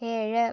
ഏഴ്